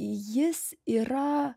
jis yra